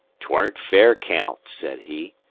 tweren't fair caount, said he,